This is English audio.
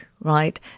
right